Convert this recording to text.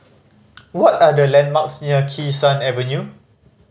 what are the landmarks near Kee Sun Avenue